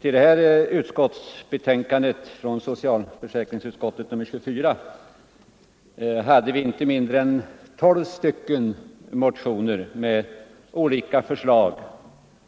I socialförsäkringsutskottets betänkande nr 24 har vi behandlat inte mindre än tolv motioner med olika förslag